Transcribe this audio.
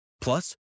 Plus